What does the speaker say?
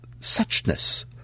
suchness